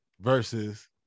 versus